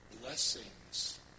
Blessings